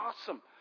awesome